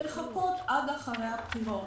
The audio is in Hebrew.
לחכות עד אחרי הבחירות.